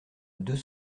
deux